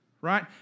right